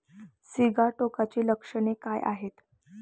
सिगाटोकाची लक्षणे काय आहेत?